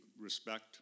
respect